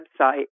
website